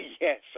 Yes